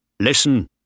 Listen